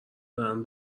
دارن